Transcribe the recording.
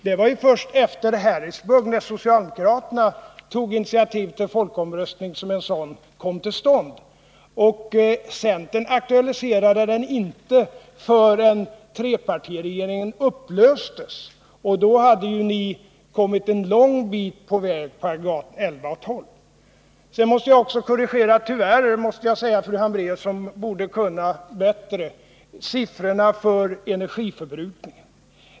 Det var först när socialdemokraterna tog initiativet till en folkomröstning, efter Harrisburghändelsen, som partierna kom överens om att en sådan omröstning skulle komma till stånd. Centern aktualiserade inte den tanken förrän trepartiregeringen upplöstes, och då hade ju ni kommit en lång bit på vägen med byggandet av aggregaten 11 och 12. Jag måste också korrigera fru Hambraeus — tyvärr, måste jag säga, eftersom fru Hambraeus borde kunna detta bättre — när det gäller siffrorna för energiförbrukningen.